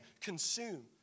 consume